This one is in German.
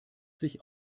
sich